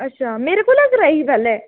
अच्छा मेरे कोला कराई ही पैह्लें